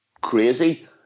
crazy